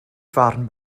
farn